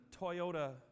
Toyota